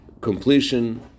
completion